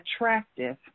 attractive